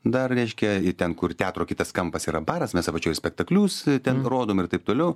dar reiškia ir ten kur teatro kitas kampas yra baras mes apačioj spektaklius ten rodome ir taip toliau